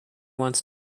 wants